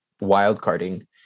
wildcarding